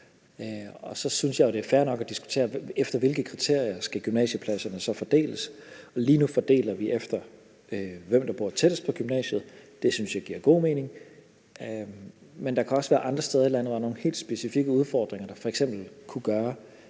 Så jeg synes jo, det er fair nok at diskutere, efter hvilke kriterier gymnasieklasserne så skal fordeles, og lige nu fordeler vi efter, hvem der bor tættest på gymnasiet. Det synes jeg giver god mening, men der kan også være andre steder i landet, hvor der er nogle helt specifikke udfordringer, der f.eks. kunne gøre,